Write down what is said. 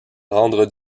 rendre